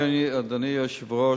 אדוני היושב-ראש,